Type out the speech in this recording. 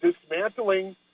dismantling